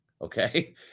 okay